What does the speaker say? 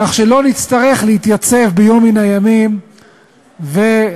כך שלא נצטרך להתייצב ביום מן הימים לנסות